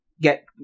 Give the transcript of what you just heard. get